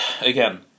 Again